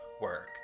work